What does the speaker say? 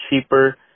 cheaper